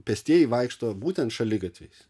pėstieji vaikšto būtent šaligatviais